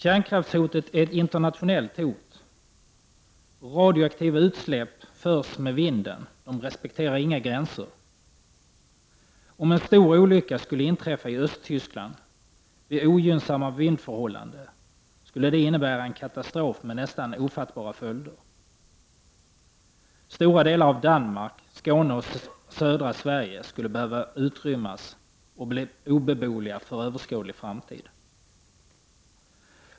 Kärnkraftshotet är ett internationellt hot. Radioaktiva utsläpp förs med vinden. De respekterar inga gränser. Om en stor olycka skulle inträffa i Östtyskland vid ogynnsamma vindförhållanden, skulle det innebära en katastrof med nästan ofattbara följder. Stora delar av Danmark, Skåne och södra Sverige skulle behöva utrymmas och bli obeboeliga för överskådlig framtid.